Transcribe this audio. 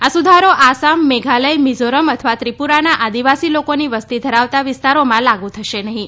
આ સુધારો આસામ મેઘાલય મિઝોરમ અથવા ત્રિપુરાના આદિવાસી લોકોની વસતી ધરાવતા વિસ્તારોમાં લાગુ થશે નહીં